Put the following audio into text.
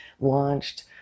launched